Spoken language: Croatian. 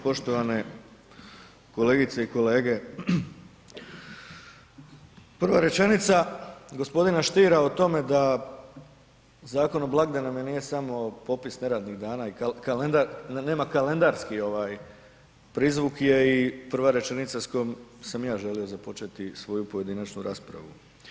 Poštovane kolegice i kolege, prva rečenica g. Stiera o tome da Zakon o blagdanima nije samo popis neradnih dana i kalendar, nema kalendarski prizvuk je i prva rečenica s kojom sam i ja želio započeti svoju pojedinačnu raspravu.